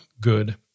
good